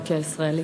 תודה.